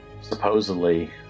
supposedly